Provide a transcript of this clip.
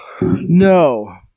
No